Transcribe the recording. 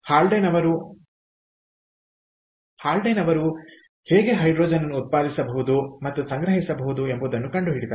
ಆದ್ದರಿಂದಹಾಲ್ಡೇನ್ ಅವರು ಹೇಗೆ ಹೈಡ್ರೋಜನ್ ಅನ್ನು ಉತ್ಪಾದಿಸಬಹುದು ಮತ್ತು ಸಂಗ್ರಹಿಸಬಹುದು ಎಂಬುದನ್ನು ಕಂಡುಹಿಡಿದರು